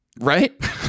Right